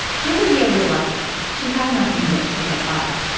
bobadilla was lucky. she had enough english to get by.